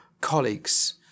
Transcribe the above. colleagues